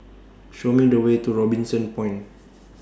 Show Me The Way to Robinson Point